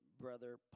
brother